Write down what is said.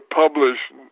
published